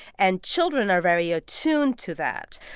and children are very attuned to that.